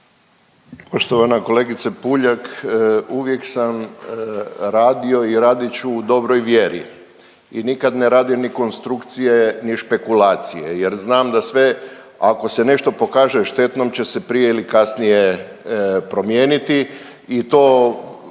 Poštovana kolegice Puljak, uvijek sam radio i radit ću u dobroj vjeri i nikad ne radim konstrukcije ni špekulacije jer znam da sve ako se nešto pokaže štetnom će se prije ili kasnije promijeniti i to